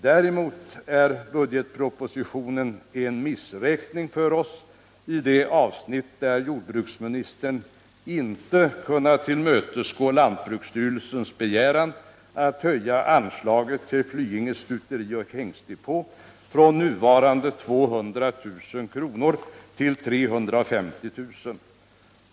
Däremot är budgetpropositionen en missräkning för oss i fråga om de avsnitt där jordbruksministern inte har kunnat tillmötesgå lantbruksstyrelsens begäran att höja anslaget till Flyinge stuteri och hingstdepå från nuvarande 200 000 kr. till 350 000 kr.